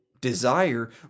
desire